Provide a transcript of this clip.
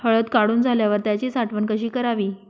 हळद काढून झाल्यावर त्याची साठवण कशी करावी?